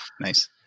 Nice